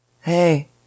Hey